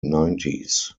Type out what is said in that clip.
nineties